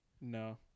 No